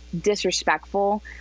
disrespectful